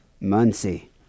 Muncie